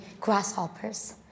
grasshoppers